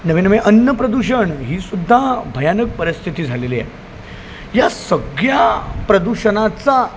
नव्हे नव्हे अन्न प्रदूषण ही सुद्धा भयानक परिस्थिती झालेली आहे या सगळ्या प्रदूषणाचा